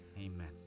Amen